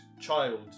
child